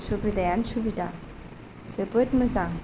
सुबिदायानो सुबिदा जोबोद मोजां